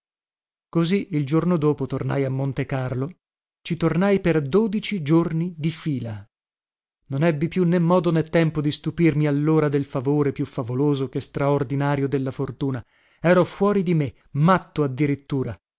così il giorno dopo tornai a montecarlo ci tornai per dodici giorni di fila non ebbi più né modo né tempo di stupirmi allora del favore più favoloso che straordinario della fortuna ero fuori di me matto addirittura